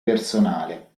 personale